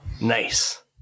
Nice